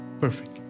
Perfect